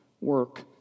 work